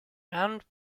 round